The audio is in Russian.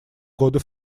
годы